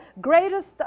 greatest